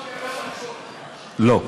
לא.